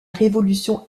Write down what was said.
révolution